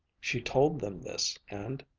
she told them this and,